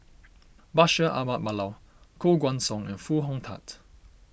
Bashir Ahmad Mallal Koh Guan Song and Foo Hong Tatt